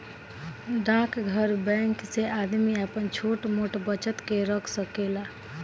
डाकघर बैंक से आदमी आपन छोट मोट बचत के रख सकेला